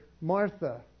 Martha